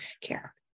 care